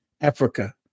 Africa